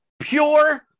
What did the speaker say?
Pure